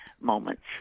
moments